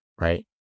Right